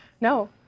No